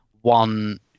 one